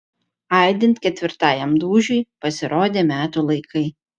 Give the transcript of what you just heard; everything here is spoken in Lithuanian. aidint ketvirtajam dūžiui pasirodė metų laikai